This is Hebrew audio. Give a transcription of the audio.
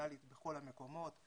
פרופורציונאלית בכל המקומות,